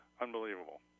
unbelievable